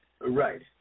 Right